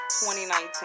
2019